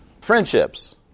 friendships